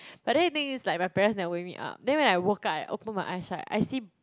but then the thing is like my parents never wake me up then when I woke up I open my eyes right I see